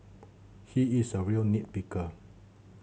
he is a real nit picker